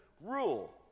rule